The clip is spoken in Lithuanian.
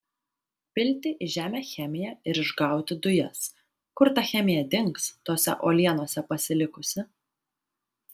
pilti į žemę chemiją ir išgauti dujas kur ta chemija dings tose uolienose pasilikusi